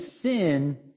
sin